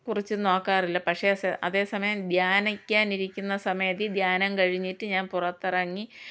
കുറിച്ച് നോക്കാറില്ല പക്ഷേ അതെ സമയം ധ്യാനിക്കാനിരിക്കുന്ന സമയത്ത് ഈ ധ്യാനം കഴിഞ്ഞിട്ട് ഞാൻ പുറത്തിറങ്ങി